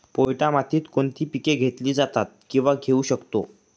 पोयटा मातीत कोणती पिके घेतली जातात, किंवा घेऊ शकतो?